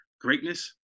greatness